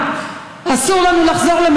אסור לנו לחזור אחורה.